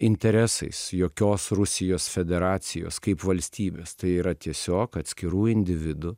interesais jokios rusijos federacijos kaip valstybės tai yra tiesiog atskirų individų